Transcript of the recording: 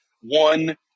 One